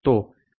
6 millimetre હશે